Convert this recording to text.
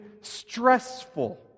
stressful